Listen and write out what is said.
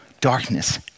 darkness